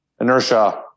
inertia